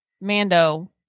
Mando